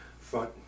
Front